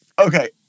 okay